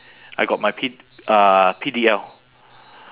I got my P uh P_D_L